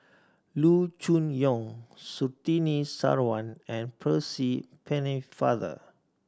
Loo Choon Yong Surtini Sarwan and Percy Pennefather